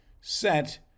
set